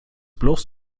bloß